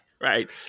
Right